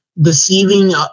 deceiving